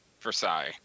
Versailles